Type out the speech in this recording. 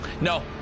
No